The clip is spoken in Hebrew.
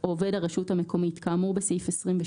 או עובד הרשות המקומית כאמור בסעיף 27